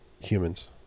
humans